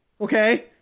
Okay